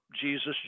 Jesus